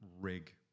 rig